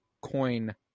coin